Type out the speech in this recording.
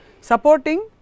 Supporting